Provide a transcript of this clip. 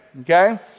okay